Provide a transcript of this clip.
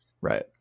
Right